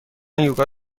یوگا